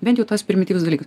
bent jau tas primityvius dalyk